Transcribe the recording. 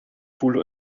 voelde